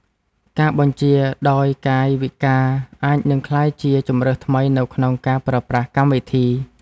ការបញ្ជាដោយកាយវិការ អាចនឹងក្លាយជាជម្រើសថ្មីនៅក្នុងការប្រើប្រាស់កម្មវិធី។